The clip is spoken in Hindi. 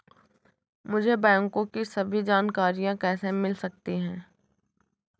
मुझे बैंकों की सभी जानकारियाँ कैसे मिल सकती हैं?